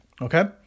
okay